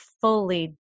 fully